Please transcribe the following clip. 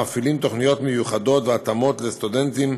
מפעילים תוכניות מיוחדות והתאמות לסטודנטים